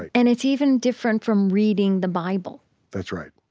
and it's even different from reading the bible that's right.